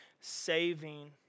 saving